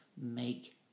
make